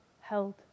held